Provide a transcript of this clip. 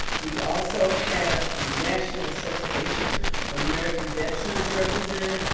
we also have the national association of american veterans represented,